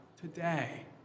today